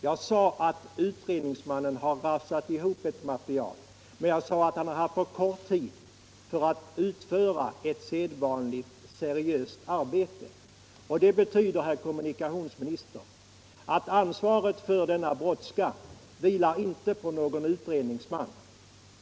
Jag sade att utredningsmannen har rafsat ihop ett material, men jag sade också att han har haft för kort tid på sig för att utföra ett sedvanligt seriöst arbete. Det betyder, herr kommunikationsminister, att ansvaret för denna brådska inte vilar på någon utredningsman.